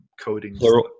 coding